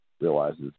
realizes